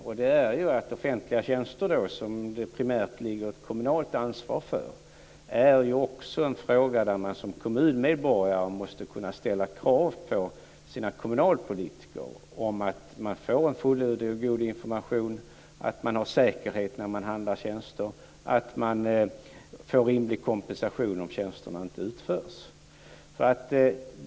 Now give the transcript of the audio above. Vad gäller offentliga tjänster, som primärt är ett kommunalt ansvar, måste man som kommunmedborgare kunna ställa krav på sina kommunalpolitiker. Man ska kunna kräva en fullödig och god information, säkerhet när man handlar tjänster och rimlig kompensation om tjänsterna inte utförs.